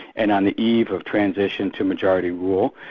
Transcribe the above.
and on the eve of transition to majority rule,